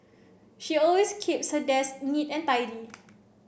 she always keeps her desk neat and tidy